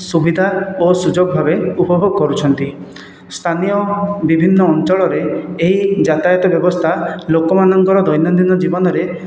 ସୁବିଧା ଓ ସୁଯୋଗ ଭାବେ ଉପଭୋଗ କରୁଛନ୍ତି ସ୍ଥାନୀୟ ବିଭିନ୍ନ ଅଞ୍ଚଳରେ ଏହି ଯାତାୟତ ବ୍ୟବସ୍ଥା ଲୋକମାନଙ୍କର ଦୈନନ୍ଦିନ ଜୀବନରେ